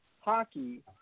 hockey